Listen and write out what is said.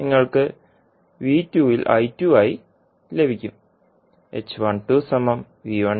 നിങ്ങൾക്ക് ൽ ആയി ലഭിക്കും